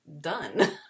done